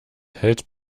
hält